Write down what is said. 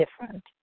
different